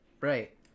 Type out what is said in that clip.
right